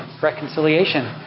reconciliation